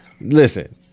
listen